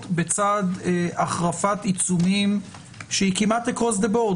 בצד החרפת עיצומים שהיא כמעט across the board.